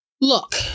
Look